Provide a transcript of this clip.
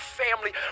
family